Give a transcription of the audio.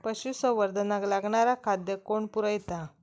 पशुसंवर्धनाक लागणारा खादय कोण पुरयता?